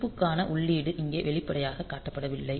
chip புக்கான உள்ளீடு இங்கே வெளிப்படையாக காட்டப்படவில்லை